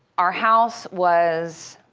our house was